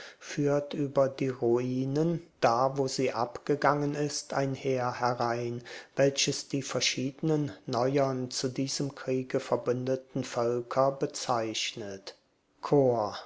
führt über die ruinen da wo sie abgegangen ist ein heer herein welches die verschiedenen neuern zu diesem kriege verbündeten völker bezeichnet chor